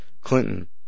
Clinton